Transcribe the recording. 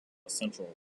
central